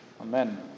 Amen